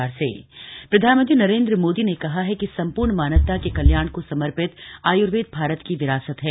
आयुर्वेद दिवस प्रधानमंत्री नरेन्द्र मोदी ने कहा है कि संपूर्ण मानवता के कल्याण को समर्पित आयुर्वेद भारत की विरासत है